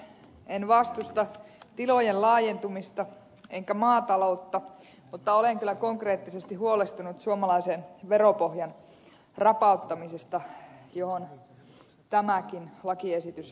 en vastusta tilojen laajentumista enkä maataloutta mutta olen kyllä konkreettisesti huolestunut suomalaisen veropohjan rapauttamisesta johon tämäkin lakiesitys liittyy